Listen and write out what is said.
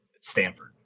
Stanford